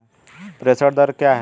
प्रेषण दर क्या है?